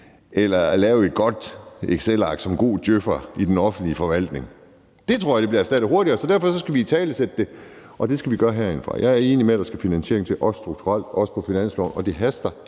eller lave et godt excelark som en god djøf'er i den offentlige forvaltning. Det tror jeg bliver erstattet hurtigere, så derfor skal vi italesætte det, og det skal vi gøre herindefra. Jeg er enig i, at der skal finansiering til også strukturelt og også på finansloven. Og det haster,